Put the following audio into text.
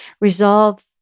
resolve